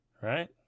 right